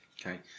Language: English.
Okay